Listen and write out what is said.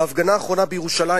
בהפגנה האחרונה בירושלים,